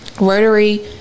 Rotary